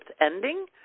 ending